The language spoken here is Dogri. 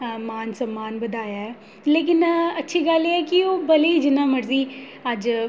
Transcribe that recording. मान सम्मान बधाया ऐ लेकिन अच्छी गल्ल ऐ एह् कि ओह् भले गै जिन्ना मर्जी अज्ज